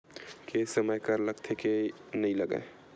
के समय कर लगथे के नइ लगय?